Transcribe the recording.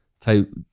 type